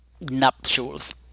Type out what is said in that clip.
...nuptials